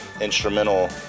instrumental